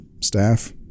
staff